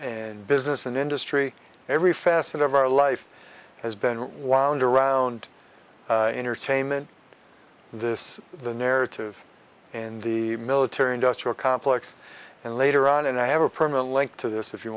in business and industry every facet of our life has been a while and around entertainment this the narrative in the military industrial complex and later on and i have a permanent link to this if you